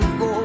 go